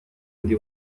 ndi